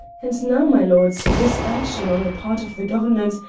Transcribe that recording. and now, my lords, this action on the part of the government.